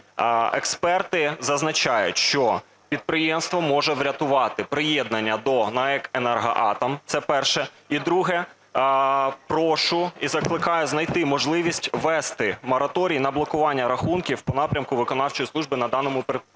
Експерти зазначають, що підприємство може врятувати приєднання до НАЕК "Енергоатом". Це перше. І друге. Прошу і закликаю знайти можливість ввести мораторій на блокування рахунків по напрямку виконавчої служби на даному підприємстві,